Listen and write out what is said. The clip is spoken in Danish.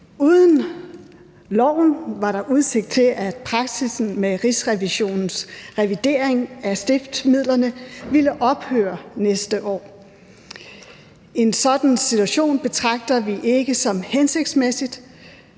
Uden loven var der udsigt til, at praksissen med Rigsrevisionens revidering af stiftsmidlerne ville ophøre næste år. En sådan situation betragter vi ikke som hensigtsmæssig.